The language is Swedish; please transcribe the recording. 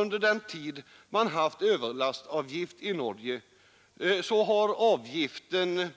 Under den tid man haft överlastavgift i Norge har avgiften